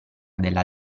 della